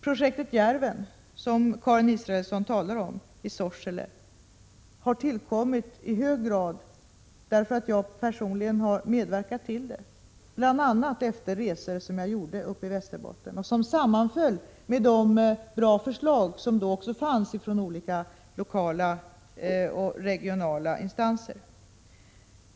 Projektet Djärven i Sorsele, som Karin Israelsson talar om, har tillkommit i hög grad därför att jag personligen har medverkat till det, bl.a. efter resor jag gjorde i Västerbotten, då jag fick goda förslag från olika lokala och regionala instanser.